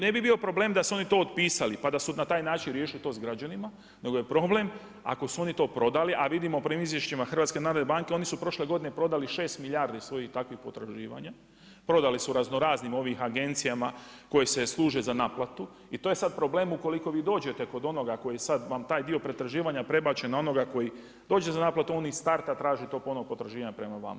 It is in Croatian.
Ne bi bio problem da su oni to otpisali pa da su na taj način riješili to s građanima nego je problem ako su to oni prodali, a vidimo prema izvješćima HNB-a oni su prošle godine prodali 6 milijardi svojih takvih potraživanja, prodali su raznoraznim agencijama koje se služe za naplatu i to je sada problem ukoliko vi dođete kod onoga koji sada vam taj dio pretraživanja prebačen na onoga koji dođe na naplatu on iz starta traži to ponovno potraživanje prema vama.